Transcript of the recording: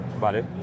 Vale